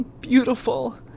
beautiful